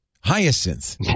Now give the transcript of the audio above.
Hyacinth